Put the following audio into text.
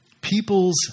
people's